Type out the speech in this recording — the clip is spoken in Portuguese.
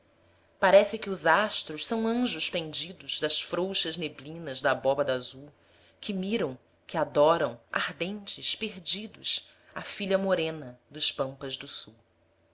parece que os astros são anjos pendidos das frouxas neblinas da abóbada azul que miram que adoram ardentes perdidos a filha morena dos pampas do sul